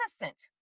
innocent